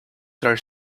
their